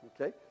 okay